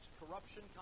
corruption